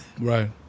Right